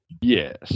Yes